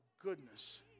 goodness